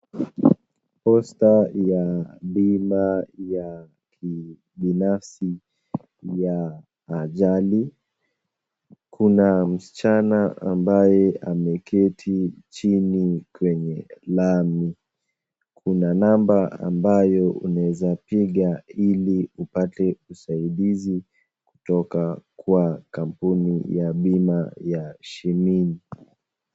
Posta ya bima ya kibinafsi ya ajali. Kuna msichana ambaye ameketi chini kwenye lami. Kuna nambari ambayo unaweza piga ili upate usaidizi kutoka kwa kampuni ya bima ya Shinimi